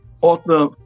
author